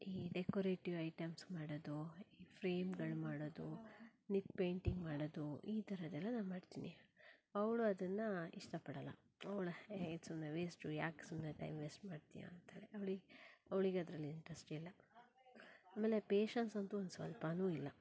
ಈ decorative items ಮಾಡೋದು ಈ ಫ್ರೇಮ್ಗಳು ಮಾಡೋದು ನಿಬ್ ಪೇಂಯ್ಟಿಂಗ್ ಮಾಡೋದು ಈ ಥರದ್ದೆಲ್ಲ ನಾನು ಮಾಡ್ತೀನಿ ಅವ್ಳು ಅದನ್ನ ಇಷ್ಟಪಡೋಲ್ಲ ಅವ್ಳು ಏಯ್ ಇದು ಸುಮ್ಮನೆ ವೇಸ್ಟು ಯಾಕೆ ಸುಮ್ಮನೆ ಟೈಮ್ ವೇಸ್ಟ್ ಮಾಡ್ತೀಯ ಅಂತಾಳೆ ಅವ್ಳಿಗೆ ಅವ್ಳಿಗೆ ಅದ್ರಲ್ಲಿ ಇಂಟ್ರೆಸ್ಟ್ ಇಲ್ಲ ಆಮೇಲೆ ಪೆಶನ್ಸ್ ಅಂತೂ ಒಂದು ಸ್ವಲ್ಪಾನೂ ಇಲ್ಲ